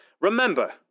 remember